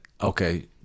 okay